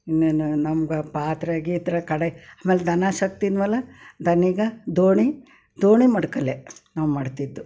ನ ನ ನಮ್ಗೆ ಪಾತ್ರೆ ಗೀತ್ರೆ ಕಡಾಯಿ ಆಮೇಲೆ ದನ ಸಾಕ್ತಿದ್ವಲ್ಲ ದನಿಗೆ ದೋಣಿ ದೋಣಿ ಮಡ್ಕೆಲೇ ನಾವು ಮಾಡ್ತಿದ್ವಿ